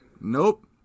Nope